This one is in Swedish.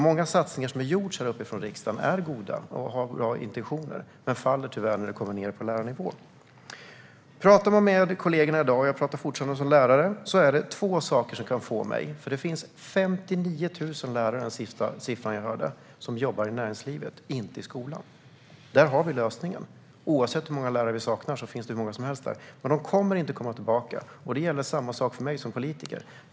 Många satsningar som har beslutats här i riksdagen är goda och har bra intentioner men faller tyvärr när de kommer ned på lärarnivå. När jag pratar med kollegorna i dag pratar jag fortfarande med dem i egenskap av lärare. Det finns 59 000 lärare - det är den sista siffran jag hörde - som jobbar i näringslivet, inte i skolan. Där har vi problemet. Oavsett hur många lärare vi saknar finns det hur många lärare som helst där, men de kommer inte att komma tillbaka. Samma sak gäller för mig som politiker.